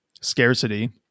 scarcity